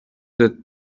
that